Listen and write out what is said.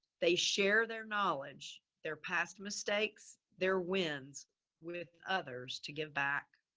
they share their knowledge, their past mistakes, their wins with others to give back.